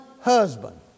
husband